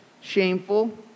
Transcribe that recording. shameful